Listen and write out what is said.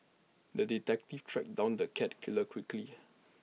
the detective tracked down the cat killer quickly